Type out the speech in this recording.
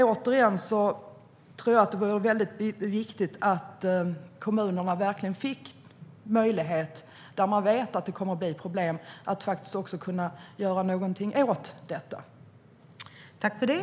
Återigen: Jag tror att det vore viktigt att kommunerna fick möjlighet att göra någonting åt detta där man vet att det kommer att bli problem.